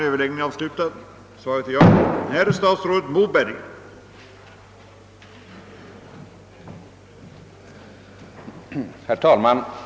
Herr talman!